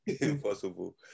Impossible